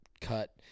cut